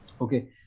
okay